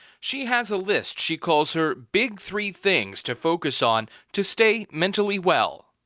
she has a list, she calls her big three things to focus on to stay mentally well.